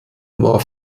war